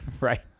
Right